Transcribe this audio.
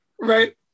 Right